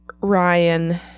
Ryan